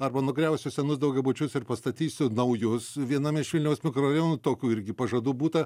arba nugriausiu senus daugiabučius ir pastatysiu naujus viename iš vilniaus mikrorajonų tokių irgi pažadų būta